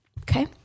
okay